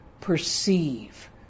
perceive